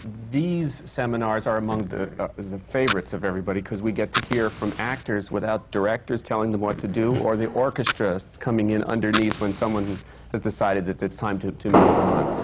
these seminars are among the the favorites of everybody, because we get to hear from actors without directors telling them what to do, or the orchestra coming in underneath when someone has decided that it's time to to move on.